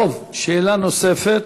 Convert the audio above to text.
דב, שאלה נוספת.